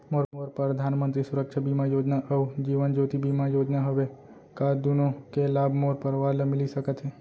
मोर परधानमंतरी सुरक्षा बीमा योजना अऊ जीवन ज्योति बीमा योजना हवे, का दूनो के लाभ मोर परवार ल मिलिस सकत हे?